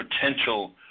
potential